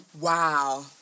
Wow